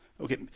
Okay